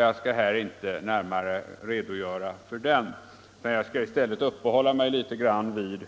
Jag skall nu inte närmare redogöra för den utan skall i stället uppehålla mig vid